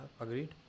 agreed